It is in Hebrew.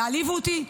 יעליבו אותי?